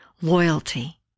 loyalty